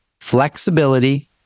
flexibility